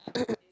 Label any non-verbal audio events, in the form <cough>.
<coughs>